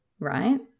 Right